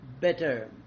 better